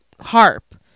harp